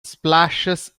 splashes